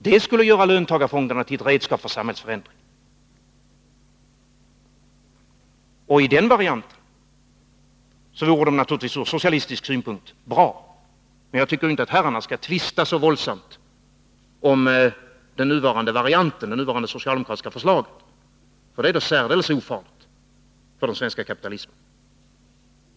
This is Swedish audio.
Det skulle göra löntagarfonderna till ett redskap för samhällsförändring. Och i den varianten vore det naturligtvis ur socialistisk synpunkt bra — men jag tycker inte att herrarna skall tvista så våldsamt om det nuvarande socialdemokratiska förslaget. Det är särdeles ofarligt för den svenska kapitalismen!